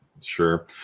Sure